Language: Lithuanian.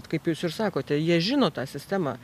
kaip jūs ir sakote jie žino tą sistemą